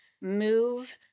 move